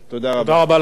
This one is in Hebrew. תודה רבה לך, אדוני.